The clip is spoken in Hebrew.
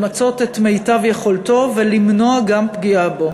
למצות את מיטב יכולתו ולמנוע גם פגיעה בו.